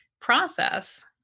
process